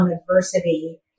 adversity